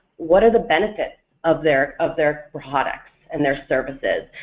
what are the benefits of their of their products and their services?